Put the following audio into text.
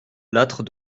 lattre